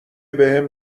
بهم